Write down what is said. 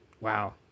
Wow